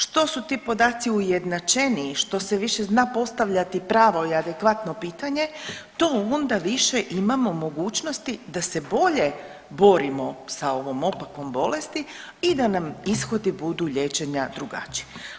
Što su ti podaci ujednačeniji, što se više zna postavljati pravo i adekvatno pitanje, to onda više imamo mogućnosti da se bolje borimo sa ovom opakom bolesti i da nam ishodi budu liječenja drugačiji.